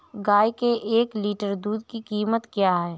गाय के एक लीटर दूध की कीमत क्या है?